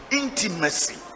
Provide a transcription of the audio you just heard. intimacy